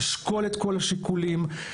לשקול את כל השיקולים,